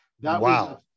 Wow